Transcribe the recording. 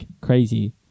crazy